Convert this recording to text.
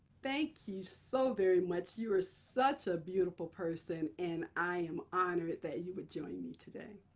thank you so very much. you are such a beautiful person, and i am honored that you would join me today.